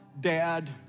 dad